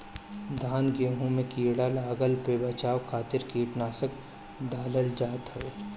धान गेंहू में कीड़ा लागला पे बचाव खातिर कीटनाशक डालल जात हवे